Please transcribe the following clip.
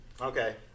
Okay